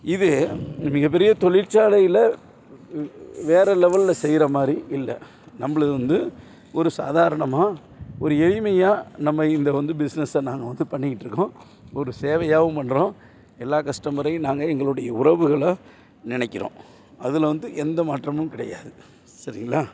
இது மிகப்பெரிய தொழிற்சாலையில வேற லெவல்ல செய்கிற மாதிரி இல்லை நம்மளுது வந்து ஒரு சாதாரணமாக ஒரு எளிமையாக நம்ம இந்த வந்து பிஸ்னஸ்ஸ நாங்கள் வந்து பண்ணிக்கிட்ருக்கோம் ஒரு சேவையாகவும் பண்ணுறோம் எல்லா கஸ்டமரையும் நாங்கள் எங்களுடைய உறவுகளாக நினைக்கிறோம் அதில் வந்து எந்த மாற்றமும் கிடையாது சரிங்களா